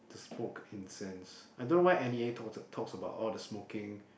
smoke incense I don't know why N_E_A talks and talks about all the smoking